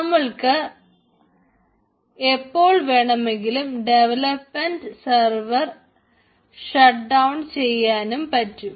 നമുക്ക് എപ്പോൾ വേണമെങ്കിലും ഡെവലപ്മെൻറ് സർവർ ഷട്ട്ഡൌൺ ചെയ്യാനും പറ്റും